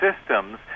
systems